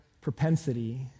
propensity